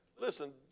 Listen